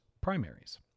primaries